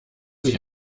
sich